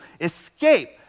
escape